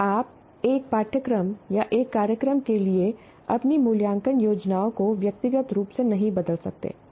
आप एक पाठ्यक्रम या एक कार्यक्रम के लिए अपनी मूल्यांकन योजनाओं को व्यक्तिगत रूप से नहीं बदल सकते